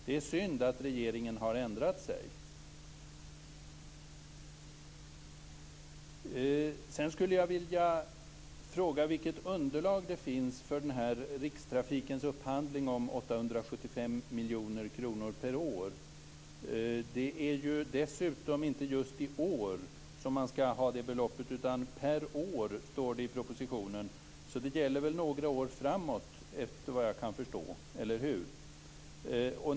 Det är synd att regeringen har ändrat sig. Sedan skulle jag vilja fråga vilket underlag det finns för Rikstrafikens upphandling om 875 miljoner kronor per år. Det är dessutom inte just i år man skall ha det beloppet, utan det står i propositionen att det är per år. Det gäller väl några år framåt, såvitt jag kan förstå, eller hur?